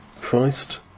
Christ